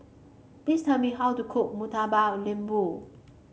please tell me how to cook Murtabak Lembu